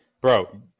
Bro